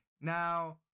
Now